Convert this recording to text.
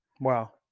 Wow